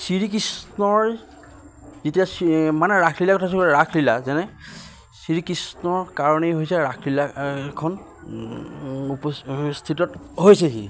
শ্ৰীকৃষ্ণৰ যেতিয়া মানে ৰাসলীলা কথা কৈছো ৰাসলীলা যেনে শ্ৰীকৃষ্ণৰ কাৰণেই হৈছে ৰাসলীলা এখন উপস্থিতত হৈছেহি